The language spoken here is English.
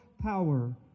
power